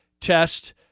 test